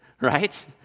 right